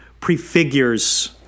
prefigures